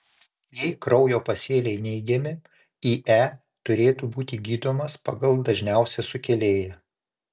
jei kraujo pasėliai neigiami ie turėtų būti gydomas pagal dažniausią sukėlėją